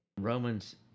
Romans